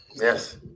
Yes